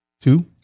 two